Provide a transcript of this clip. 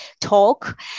talk